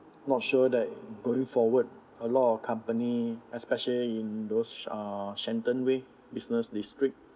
not sure that going forward a lot of company especially in those uh shenton way business district